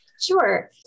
Sure